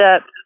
up